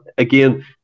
Again